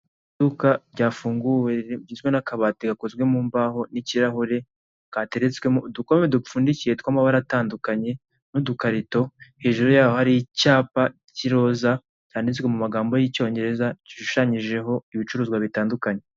Iduka ryafunguwe rigizwe n'akabati gakozwe mu mbaho n'ikirahure kateretswemo udukombe dupfunduye tw'amabara atandukanye n'udukarito hejuru yaho hariho icyapa cy'iroza cyanditswe mu magambo y'icyongereza gishushanyijeho ibicuruzwa bitandukanye.